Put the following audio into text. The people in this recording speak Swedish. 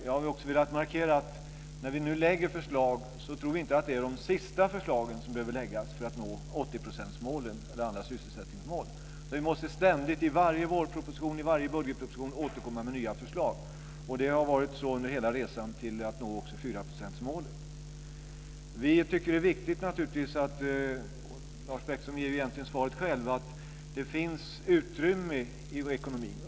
Jag har också velat markera att när vi nu lägger fram förslag så tror vi inte att det är de sista förslagen som behöver läggas fram för att nå 80-procentsmålet eller andra sysselsättningsmål, utan vi måste ständigt i varje vårproposition och i varje budgetproposition återkomma med nya förslag. Och det har varit så under hela resan till att nå också 4-procentsmålet. Vi tycker naturligtvis att det är viktigt - Lars Bäckström ger egentligen svaret själv - att det finns utrymme i vår ekonomi.